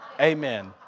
Amen